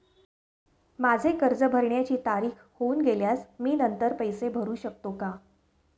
माझे कर्ज भरण्याची तारीख होऊन गेल्यास मी नंतर पैसे भरू शकतो का?